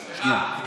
שמע,